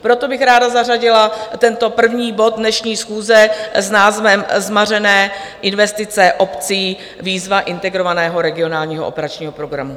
Proto bych ráda zařadila tento první bod dnešní schůze s názvem Zmařené investice obcí, výzva Integrovaného regionálního operačního programu.